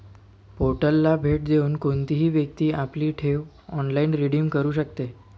पोर्टलला भेट देऊन कोणतीही व्यक्ती आपली ठेव ऑनलाइन रिडीम करू शकते